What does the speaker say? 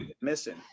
missing